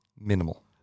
Minimal